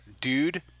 Dude